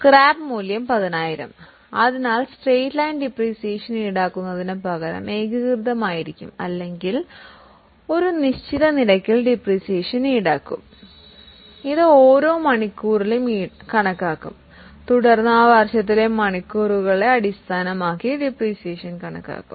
scrap മൂല്യം 10000 അതിനാൽ straight line depreciation ഈടാക്കുന്നതിനുപകരം അല്ലെങ്കിൽ ഒരു നിശ്ചിത നിരക്കിൽ ഡിപ്രീസിയേഷൻ ഈടാക്കുന്നതിനുപകരം ഇത് ഓരോ മണിക്കൂറിലും കണക്കാക്കും തുടർന്ന് ആ വർഷത്തിലെ മണിക്കൂറുകളെ അടിസ്ഥാനമാക്കി ഡിപ്രീസിയേഷൻ കണക്കാക്കും